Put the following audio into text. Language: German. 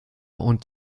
und